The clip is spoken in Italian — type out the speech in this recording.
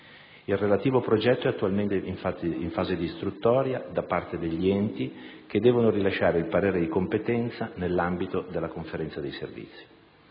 Il relativo progetto è attualmente in fase di istruttoria da parte degli enti che devono rilasciare il parere di competenza nell'ambito della Conferenza di servizi.